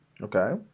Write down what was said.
okay